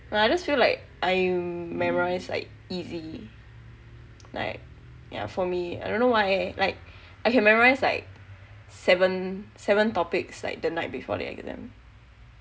no I just feel like I memorize like easy like yah for me I don't know why like I can memorize like seven seven topics like the night before the exam